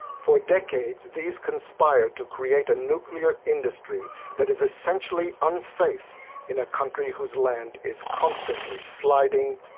for decades these conspired to create a nuclear industry that is essentially unsafe in a country whose land is constantly sliding,